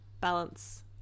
balance